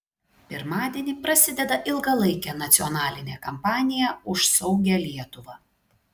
pirmadienį prasideda ilgalaikė nacionalinė kampanija už saugią lietuvą